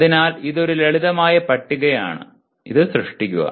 അതിനാൽ ഇത് ഒരു ലളിതമായ പട്ടികയാണ് അത് സൃഷ്ടിക്കുക